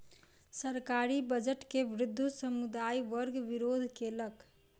सरकारी बजट के विरुद्ध समुदाय वर्ग विरोध केलक